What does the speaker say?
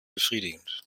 befriedigend